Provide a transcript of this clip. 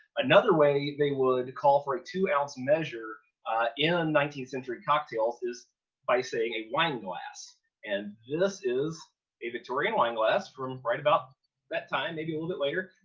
another way they would call for a two ounce measure in nineteenth century cocktails is by saying a wine glass and this is a victorian wine glass from right about that time, maybe a little bit later,